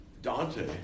Dante